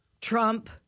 Trump